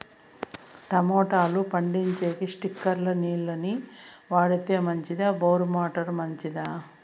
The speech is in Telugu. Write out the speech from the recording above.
టమోటా పండించేకి స్ప్రింక్లర్లు నీళ్ళ ని వాడితే మంచిదా బోరు మోటారు మంచిదా?